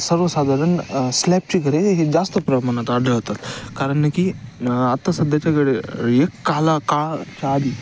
सर्वसाधारण स्लॅपची घरे हे जास्त प्रमाणात आढळतात कारण की आत्ता सध्याच्याकडे एक काला काळाच्या आधी